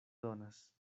donas